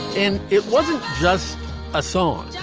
and it wasn't just a song.